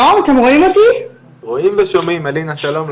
שלום רב.